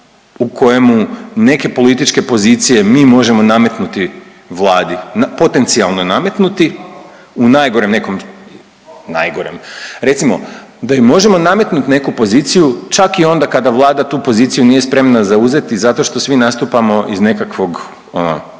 u kojemu neke političke pozicije mi možemo nametnuti Vladi, potencijalno nametnuti u najgorem nekom, najgorem. Recimo da im možemo nametnut neku poziciju čak i onda kada Vlada tu poziciju nije spremna zauzeti zato što svi nastupamo iz nekakvog ono,